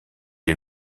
est